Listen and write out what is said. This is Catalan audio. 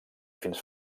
fins